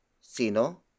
Sino